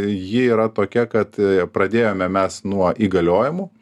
ji yra tokia kad e pradėjome mes nuo įgaliojimų